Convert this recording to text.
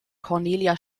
cornelia